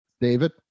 David